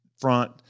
front